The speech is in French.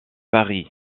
paris